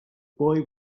boy